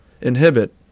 Inhibit